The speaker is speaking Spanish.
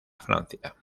francia